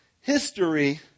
History